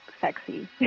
sexy